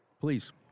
Please